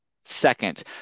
second